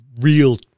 real